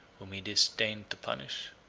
whom he disdained to punish.